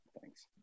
thanks